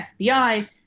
FBI